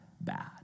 bad